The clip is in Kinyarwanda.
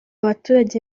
baturage